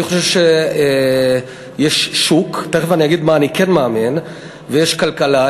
אני חושב שיש שוק, ויש כלכלה.